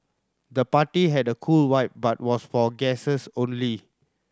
the party had a cool vibe but was for guests only